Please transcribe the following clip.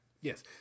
Yes